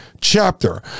chapter